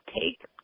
take